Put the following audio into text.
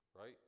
right